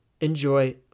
enjoy